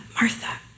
Martha